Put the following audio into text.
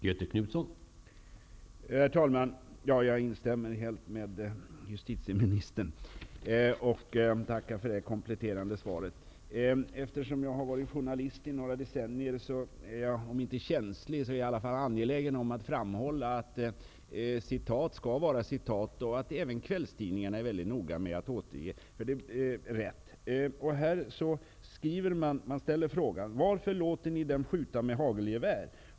Herr talman! Jag instämmer helt med justitieministern och tackar för det kompletterande svaret. Eftersom jag har varit journalist under några decennier är jag angelägen om att framhålla att citat skall vara citat och att även kvällstidningarna skall vara mycket noga med att återge sådana, så att det blir rätt. Man ställer här frågan: ''Men varför låter ni dem skjuta med hagelgevär?''